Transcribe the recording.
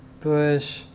Bush